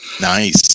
Nice